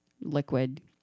Liquid